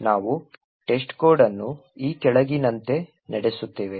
ನಾವು testcode ಅನ್ನು ಈ ಕೆಳಗಿನಂತೆ ನಡೆಸುತ್ತೇವೆ